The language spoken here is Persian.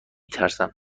ترسم